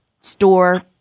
store